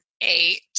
eight